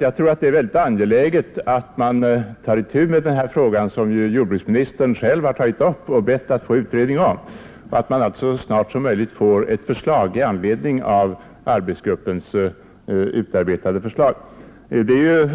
Jag tror nämligen att det är mycket angeläget att ta itu med denna fråga, som ju jordbruksministern själv har tagit upp och bett att få en utredning om, så att man så snart som möjligt kan få ett förslag i anledning av arbetsgruppens framlagda resultat. Vi vet